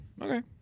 Okay